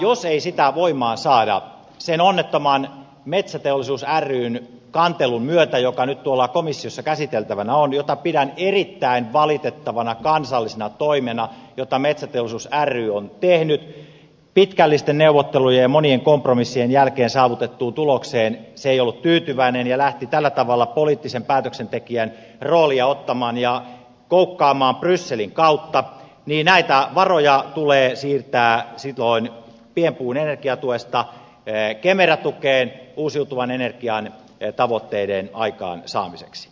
jos ei sitä voimaa saada sen onnettoman metsäteollisuus ryn kantelun myötä joka nyt tuolla komissiossa käsiteltävänä on jota pidän erittäin valitettavana kansallisena toimena jonka metsäteollisuus ry on tehnyt pitkällisten neuvottelujen ja monien kompromissien jälkeen saavutettuun tulokseen se ei ollut tyytyväinen ja lähti tällä tavalla poliittisen päätöksentekijän roolia ottamaan ja koukkaamaan brysselin kautta niin näitä varoja tulee siirtää silloin pienpuun energiatuesta kemera tukeen uusiutuvan energian tavoitteiden aikaansaamiseksi